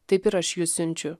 taip ir aš jus siunčiu